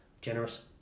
generous